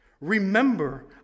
remember